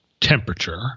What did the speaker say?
temperature